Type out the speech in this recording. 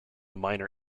minor